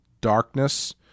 darkness